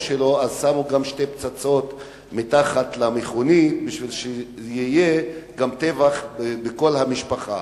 שלו שמו שתי פצצות מתחת למכונית כדי שיהיה גם טבח בכל המשפחה.